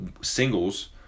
singles